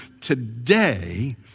today